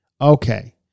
Okay